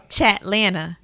Chatlanta